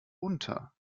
unter